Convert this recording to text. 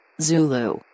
Zulu